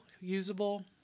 usable